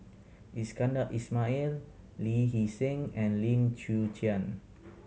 Iskandar Ismail Lee Hee Seng and Lim Chwee Chian